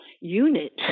unit